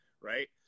right